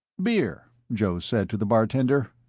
beer, joe said to the bartender.